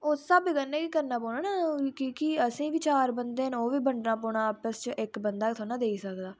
उस स्हाबे कन्नै करना पौना असेंगी कि के असेंगी बी चार बंदे ना ओह्बी बंडना पौना आपस च इक बंदा गै थोह्ड़ा देई सकदा